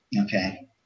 Okay